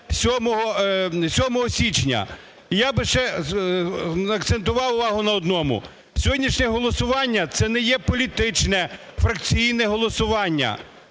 7 січня. І я би ще акцентував увагу на одному, сьогоднішнє голосування це не є політичне, фракційне голосування.